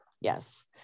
Yes